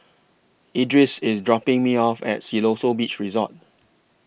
Edris IS dropping Me off At Siloso Beach Resort